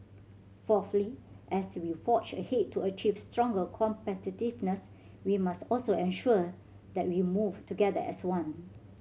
fourthly as we forge ahead to achieve stronger competitiveness we must also ensure that we move together as one